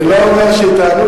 אני לא אומר שהיא תענוג,